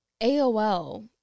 AOL